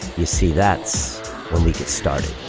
you see, that's when we get started.